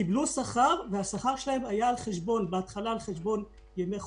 קיבלו שכר, כשהשכר שלהם היה על חשבון ימי חופשה.